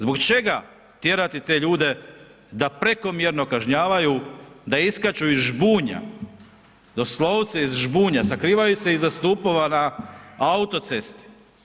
Zbog čega tjerati te ljude da prekomjerno kažnjavaju, da iskaču iz žbunja, doslovce iz žbunja, sakrivaju se iza stupova na autocesti?